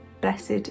blessed